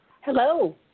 Hello